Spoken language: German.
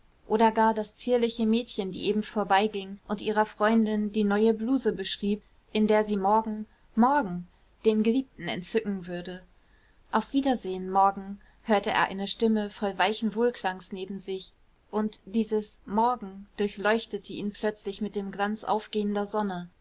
oder gar das zierliche mädchen die eben vorbeiging und ihrer freundin die neue bluse beschrieb in der sie morgen morgen den geliebten entzücken würde auf wiedersehen morgen hörte er eine stimme voll weichen wohlklangs neben sich und dieses morgen durchleuchtete ihn plötzlich mit dem glanz aufgehender sonne